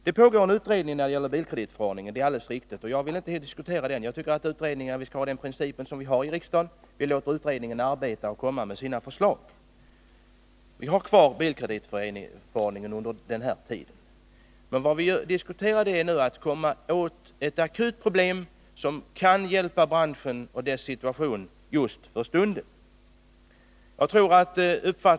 Det pågår en utredning när det gäller bilkreditförordningen. Det är alldeles riktigt. Jag tycker att vi skall följa den princip som vi brukar följa här i riksdagen och låta utredningen arbeta och komma med sina förslag. Under denna tid kommer vi att ha kvar bilkreditförordningen. Vad vi nu diskuterar är hur vi skall komma åt ett akut problem för att hjälpa branschen och klara dess situation för stunden.